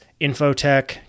infotech